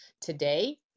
today